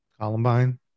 Columbine